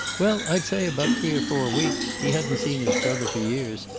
well, i'd say about three or four weeks. he hadn't seen his brother for years,